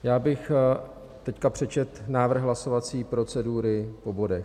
Já bych teď přečetl návrh hlasovací procedury po bodech.